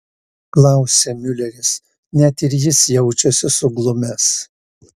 klausia miuleris net ir jis jaučiasi suglumęs